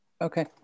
Okay